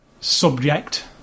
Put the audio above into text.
subject